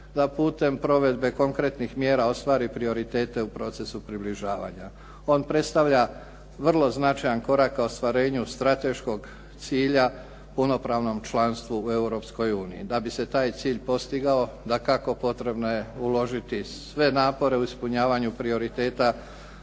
da putem provedbe konkretnih mjera ostvari prioritete u procesu približavanja. On predstavlja vrlo značajan korak ka ostvarenju strateškog cilja punopravnom članstvu u Europskoj uniji. Da bi se taj cilj postigao, dakako potrebno je uložiti sve napore u ispunjavanju prioriteta